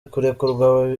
kurekurwa